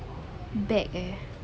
bad ya